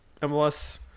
MLS